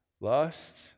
lust